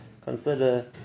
consider